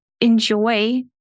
enjoy